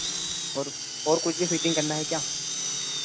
और और कुछ में फिटिंग करना है क्या